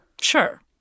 Sure